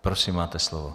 Prosím, máte slovo.